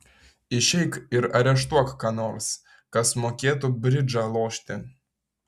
išeik ir areštuok ką nors kas mokėtų bridžą lošti